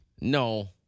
No